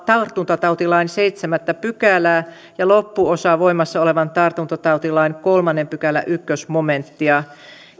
tartuntatautilain seitsemättä pykälää ja loppuosa voimassa olevan tartuntatautilain kolmannen pykälän ensimmäinen momenttia